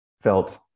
felt